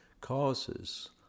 causes